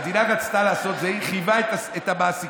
המדינה רצתה לעשות והיא חייבה את המעסיקים,